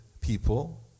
people